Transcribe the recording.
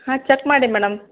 ಹಾಂ ಚೆಕ್ ಮಾಡಿ ಮೇಡಮ್